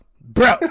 bro